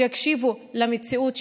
שיקשיבו למציאות,